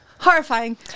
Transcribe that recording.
Horrifying